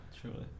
truly